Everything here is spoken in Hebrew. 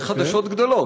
זה חדשות גדולות.